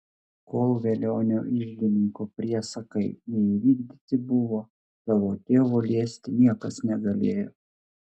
kol velionio iždininko priesakai neįvykdyti buvo tavo tėvo liesti niekas negalėjo